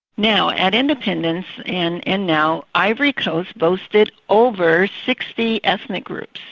now at independence and and now, ivory coast boasted over sixty ethnic groups,